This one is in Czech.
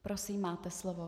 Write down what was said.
Prosím, máte slovo.